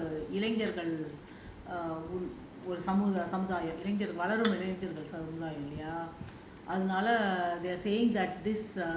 ரொம்ப இளைஞர்கள் ஒரு சமுதாயம் வளரும் இளைஞர் சமுதாயம் இல்லையா:romba ilainargal oru samuthayam valarum ilainar samuthayam illaiyaa